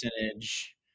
percentage